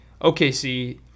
OKC